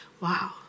Wow